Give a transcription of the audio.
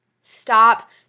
Stop